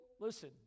listen